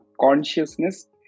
consciousness